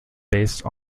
based